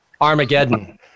Armageddon